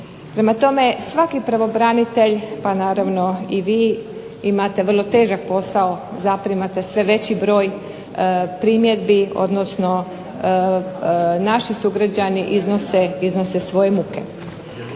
Prema tome, svaki pravobranitelj pa naravno i vi imate vrlo težak posao, zaprimate sve veći broj primjedbi odnosno naši sugrađani iznose svoje muke.